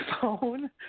phone